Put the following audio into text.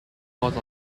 cause